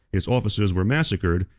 his officers were massacred,